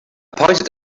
pointed